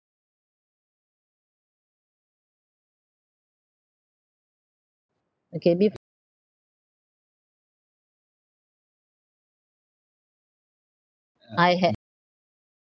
okay bef~ I ha~